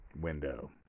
window